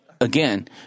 Again